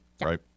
right